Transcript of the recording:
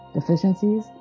deficiencies